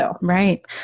Right